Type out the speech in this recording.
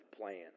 plan